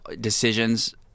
decisions